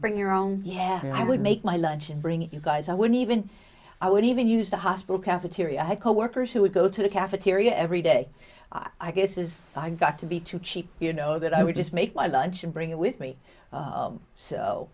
bring your own yeah i would make my lunch and bring it you guys i would even i would even use the hospital cafeteria i had coworkers who would go to the cafeteria every day i guess is i got to be too cheap you know that i would just make my lunch and bring it with me